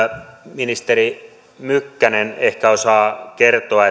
ministeri mykkänen ehkä osaa kertoa